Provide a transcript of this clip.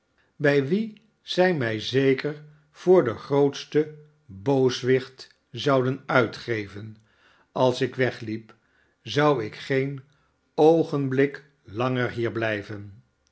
bij wie zij mij zeker voor den grootsten booswicht zouden uitgeven als ik wegliep zou ik geen oogenblik langer hier blijven